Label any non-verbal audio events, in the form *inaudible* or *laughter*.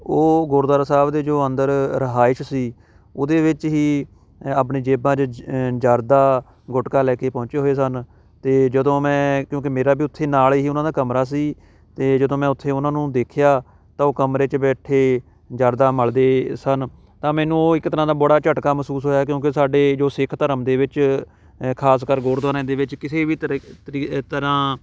ਉਹ ਗੁਰਦੁਆਰਾ ਸਾਹਿਬ ਦੇ ਜੋ ਅੰਦਰ ਰਿਹਾਇਸ਼ ਸੀ ਉਹਦੇ ਵਿੱਚ ਹੀ ਅ ਆਪਣੀ ਜੇਬਾਂ 'ਚ ਜਰਦਾ ਗੁਟਕਾ ਲੈ ਕੇ ਪਹੁੰਚੇ ਹੋਏ ਸਨ ਅਤੇ ਜਦੋਂ ਮੈਂ ਕਿਉਂਕਿ ਮੇਰਾ ਵੀ ਉੱਥੇ ਨਾਲ ਹੀ ਉਹਨਾਂ ਦਾ ਕਮਰਾ ਸੀ ਤਾਂ ਜਦੋਂ ਮੈਂ ਉੱਥੇ ਉਹਨਾਂ ਨੂੰ ਦੇਖਿਆ ਤਾਂ ਉਹ ਕਮਰੇ 'ਚ ਬੈਠੇ ਜਰਦਾ ਮਲਦੇ ਸਨ ਤਾਂ ਮੈਨੂੰ ਉਹ ਇੱਕ ਤਰ੍ਹਾਂ ਦਾ ਬੜਾ ਝਟਕਾ ਮਹਿਸੂਸ ਹੋਇਆ ਕਿਉਂਕਿ ਸਾਡੇ ਜੋ ਸਿੱਖ ਧਰਮ ਦੇ ਵਿੱਚ ਅ ਖਾਸ ਕਰ ਗੁਰਦੁਆਰਿਆਂ ਦੇ ਵਿੱਚ ਕਿਸੇ ਵੀ *unintelligible* ਤਰ੍ਹਾਂ